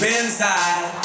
inside